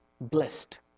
blessed